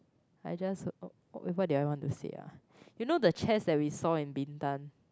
I just wait what did I want to say ah you know the chess that we saw in Bintan